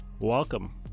Welcome